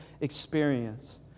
experience